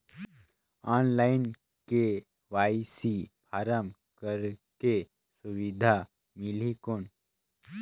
Online KYC form करेके सुविधा मिली कौन?